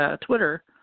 Twitter